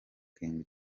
king